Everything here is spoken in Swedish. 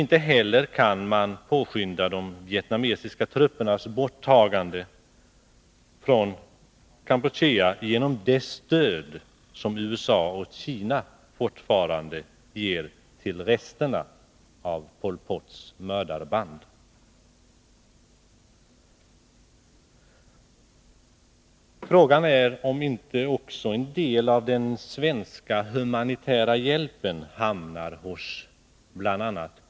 Inte heller kan de vietnamesiska truppernas bortdragande från Kampuchea påskyndas genom det stöd som USA och Kina fortfarande ger till resterna av Pol Pots mördarband. Frågan är om inte också en del av den svenska humanitära hjälpen hamnar hos Pol Pot.